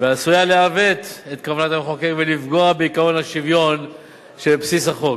ועשויה לעוות את כוונת המחוקק ולפגוע בעקרון השוויון שבבסיס החוק.